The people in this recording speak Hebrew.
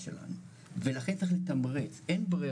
שלא הספקנו לתת לכולם לדבר,